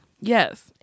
Yes